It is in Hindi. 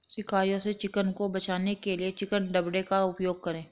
शिकारियों से चिकन को बचाने के लिए चिकन दड़बे का उपयोग करें